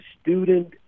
student